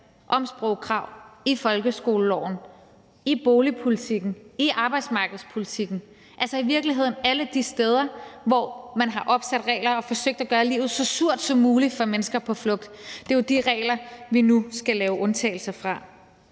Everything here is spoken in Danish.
om sprogkrav, i folkeskoleloven, i boligpolitikken, i arbejdsmarkedspolitikken, altså i virkeligheden alle de steder, hvor man har fastsat regler og forsøgt at gøre livet så surt som muligt for mennesker på flugt. Det er jo de regler, vi nu skal lave undtagelser fra.